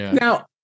Now